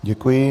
Děkuji.